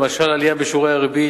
למשל עלייה בשיעורי הריבית,